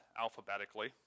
alphabetically